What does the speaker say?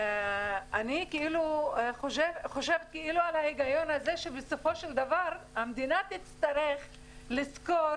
--- אני חושבת על ההיגיון הזה שבסופו של דבר המדינה תצטרך לשכור